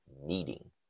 needing